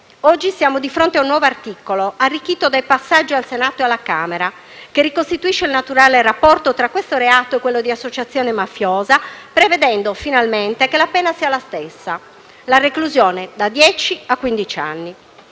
oggi siamo di fronte ad un nuovo articolo, arricchito dai passaggi al Senato e alla Camera dei deputati, che ricostituisce il naturale rapporto tra questo reato e quello dell'associazione mafiosa, prevedendo finalmente che la pena sia la stessa: la reclusione da dieci a